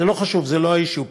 זה לא חשוב, זה לא ה-issue פה.